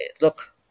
look